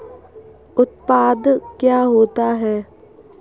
उत्पाद क्या होता है?